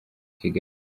kigali